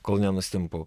kol nenustimpu